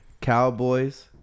cowboys